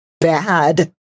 bad